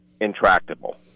intractable